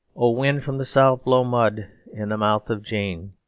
o wind from the south blow mud in the mouth of jane,